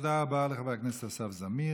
תודה רבה לחבר הכנסת אסף זמיר.